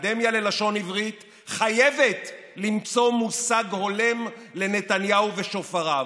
האקדמיה ללשון העברית חייבת למצוא מושג הולם לנתניהו ושופריו,